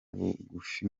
bugufi